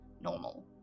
normal